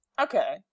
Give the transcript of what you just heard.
Okay